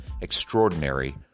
extraordinary